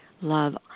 love